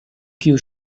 kiu